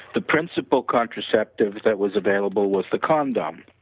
the principle contraceptive that was available was the condom,